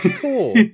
cool